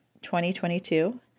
2022